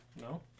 No